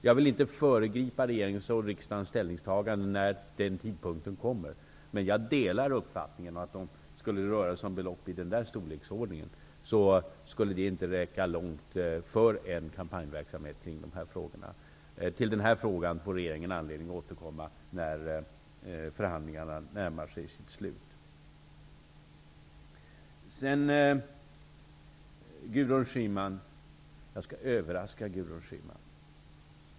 Jag vill inte föregripa regeringens och riksdagens ställningstagande när den tidpunkten kommer, men jag delar uppfattningen att om det skulle röra sig om belopp i den nämnda storleksordningen, skulle det inte räcka långt för en kampanjverksamhet kring de här frågorna. Till den frågan får regeringen anledning att återkomma när förhandlingarna närmar sig sitt slut. Gudrun Schyman! Jag skall överraska Gudrun Schyman.